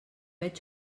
veig